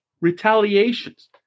retaliations